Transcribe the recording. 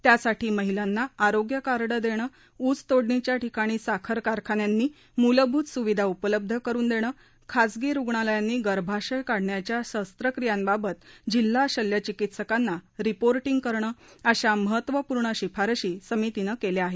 त्यासाठी महिलांना आरोग्य कार्ड देणं ऊस तोडणीच्या ठिकाणी साखर कारखान्यांनी मुलभूत सुविधा उपलब्ध करून देणं खासगी रुग्णालयांनी गर्भाशय काढण्याच्या शस्त्रक्रियांबाबत जिल्हा शल्यचिकीत्सकांना रिपोर्टींग करणं अशा महत्वपूर्ण शिफारशी समितीनं केल्या आहेत